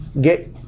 get